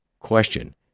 question